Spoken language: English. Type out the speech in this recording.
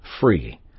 free